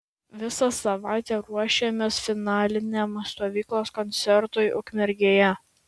visą savaitę ruošėmės finaliniam stovyklos koncertui ukmergėje